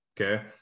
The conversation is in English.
Okay